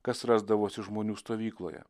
kas rasdavosi žmonių stovykloje